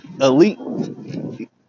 elite